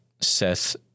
Seth